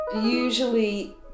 usually